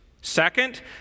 Second